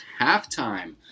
halftime